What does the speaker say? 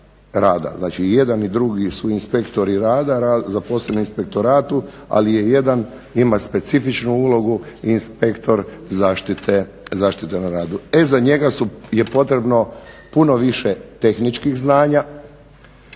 Znači i jedan i drugi su inspektori rada zaposleni u inspektoratu ali jedan ima specifičnu ulogu inspektor zaštite na radu. E za njega je potrebno puno više tehničkih znanja,